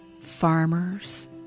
farmers